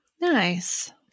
nice